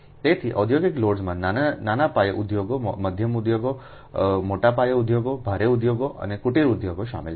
તેથી ઔદ્યોગિક લોડ્સમાં નાના પાયે ઉદ્યોગો મધ્યમ ઉદ્યોગો મોટા પાયે ઉદ્યોગો ભારે ઉદ્યોગો અને કુટીર ઉદ્યોગો શામેલ છે